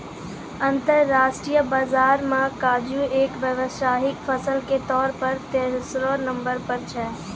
अंतरराष्ट्रीय बाजार मॅ काजू एक व्यावसायिक फसल के तौर पर तेसरो नंबर पर छै